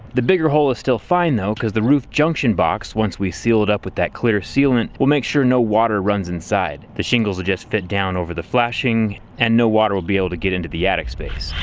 the bigger hole is still fine though because the roof junction box once we seal it up with that clear sealant will make sure no water runs inside. the shingles will just fit down over the flashing and no water will be able to get into the attic space.